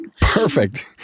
perfect